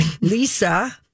Lisa